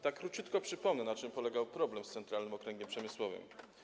Tak króciutko przypomnę, na czym polegał problem z Centralnym Okręgiem Przemysłowym.